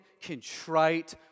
contrite